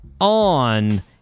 on